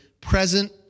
present